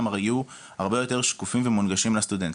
יהיו הרבה יותר שקופים ומונגשים לסטודנט.